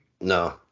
No